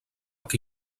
que